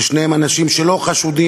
ששניהם אנשים שאינם חשודים,